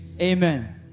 Amen